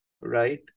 right